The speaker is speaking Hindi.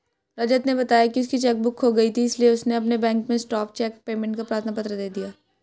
रजत ने बताया की उसकी चेक बुक खो गयी थी इसीलिए उसने अपने बैंक में स्टॉप चेक पेमेंट का प्रार्थना पत्र दे दिया